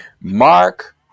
Mark